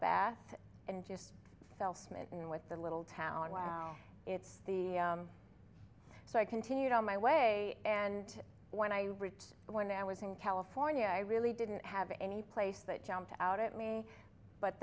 bath and just self mitten with the little town wow it's the so i continued on my way and when i went i was in california i really didn't have any place that jumped out at me but